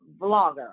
vlogger